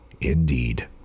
indeed